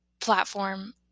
platform